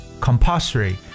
compulsory